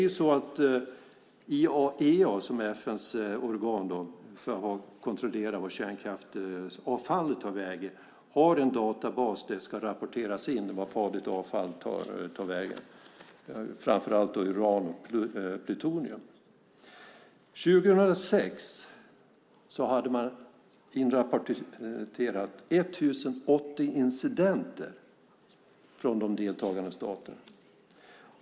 IAEA, som är FN:s organ som kontrollerar vart kärnkraftsavfallet tar vägen, har en databas där det ska rapporteras in vart farligt avfall tar vägen, framför allt uran och plutonium. År 2006 hade man inrapporterat 1 080 incidenter från de deltagande staterna.